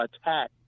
attack